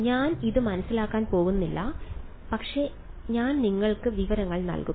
ഞാൻ ഇത് മനസ്സിലാക്കാൻ പോകുന്നില്ല പക്ഷേ ഞാൻ നിങ്ങൾക്ക് വിവരങ്ങൾ നൽകും